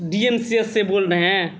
D M C S سے بول رہے ہیں